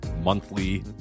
Monthly